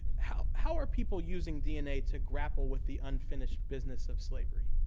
how how are people using dna to grapple with the unfinished business of slavery?